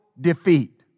defeat